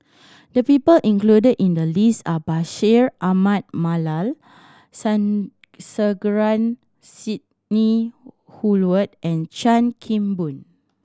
the people included in the list are Bashir Ahmad Mallal Sandrasegaran Sidney Woodhull and Chan Kim Boon